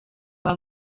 baba